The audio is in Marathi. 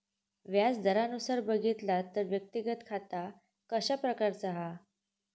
व्याज दरानुसार बघितला तर व्यक्तिगत खाता कशा प्रकारचा हा?